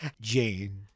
Jane